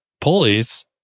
pulleys